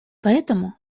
поэтому